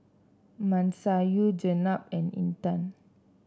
Masayu Jenab and Intan